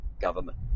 government